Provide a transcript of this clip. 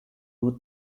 ruth